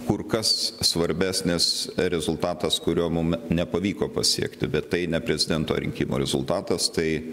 kur kas svarbesnis rezultatas kurio mum nepavyko pasiekti bet tai ne prezidento rinkimų rezultatas tai